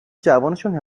جوانشان